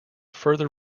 further